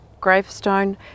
gravestone